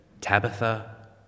Tabitha